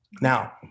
Now